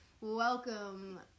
welcome